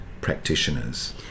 practitioners